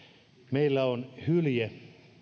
meillä on hylje